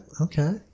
okay